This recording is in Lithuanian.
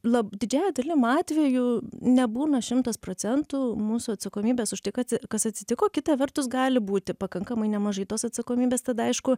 lab didžiąja dalim atvejų nebūna šimtas procentų mūsų atsakomybės už tai kad kas atsitiko kita vertus gali būti pakankamai nemažai tos atsakomybės tada aišku